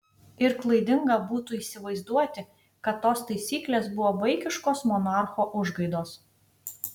ir klaidinga būtų įsivaizduoti kad tos taisyklės buvo vaikiškos monarcho užgaidos